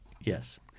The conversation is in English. Yes